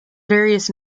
various